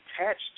attached